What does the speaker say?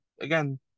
again